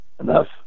enough